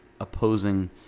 opposing